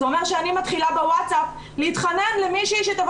זה אומר שאני מתחילה בוואטסאפ להתחנן למישהי שתבוא